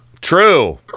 True